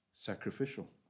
sacrificial